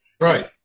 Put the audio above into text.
Right